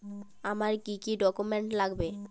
আমার কি কি ডকুমেন্ট লাগবে?